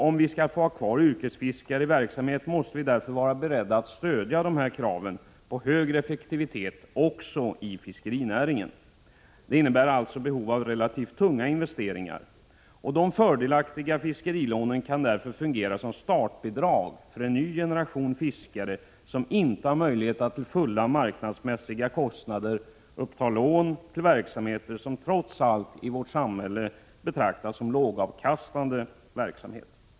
Om vi skall få några yrkesfiskare kvar i verksamhet måste vi därför vara beredda att stödja dessa krav på högre effektivitet också i fiskerinäringen. Det innebär alltså behov av relativt tunga investeringar. De fördelaktiga fiskerilånen kan därför fungera som startbidrag för en ny generation fiskare, som inte har möjlighet att till fulla marknadsmässiga kostnader uppta lån till en verksamhet som trots allt i vårt samhälle betraktas som lågavkastande.